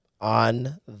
on